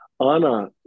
anna